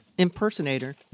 impersonator